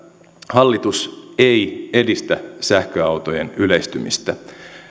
hallitus ei edistä sähköautojen yleistymistä